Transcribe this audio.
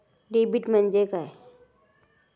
Debit म्हणजे काय?